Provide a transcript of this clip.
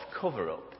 cover-up